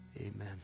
Amen